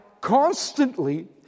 constantly